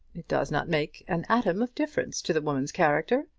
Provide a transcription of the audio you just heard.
it does not make an atom of difference to the woman's character.